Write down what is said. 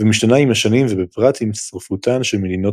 ומשתנה עם השנים ובפרט עם הצטרפותן של מדינות